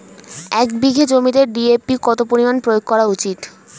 এক বিঘে জমিতে ডি.এ.পি কত পরিমাণ প্রয়োগ করা উচিৎ?